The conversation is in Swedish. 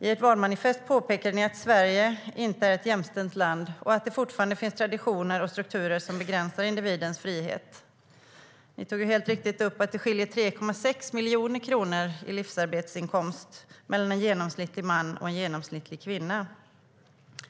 I ert valmanifest påpekade ni att Sverige inte är ett jämställt land och att det fortfarande finns traditioner och strukturer som begränsar individens frihet. Ni tog helt riktigt upp att det skiljer 3,6 miljoner kronor i livsarbetsinkomst mellan en man med genomsnittlig inkomst och en kvinna med genomsnittlig inkomst,